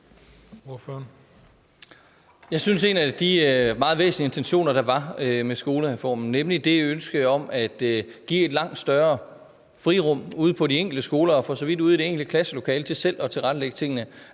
Jeg synes, at en af de meget væsentlige intentioner, der var med skolereformen, var ønsket om at give et langt større frirum ude på den enkelte skole, og for så vidt ude i det enkelte klasselokale, til selv at tilrettelægge tingene,